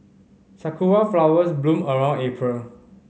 sakura flowers bloom around April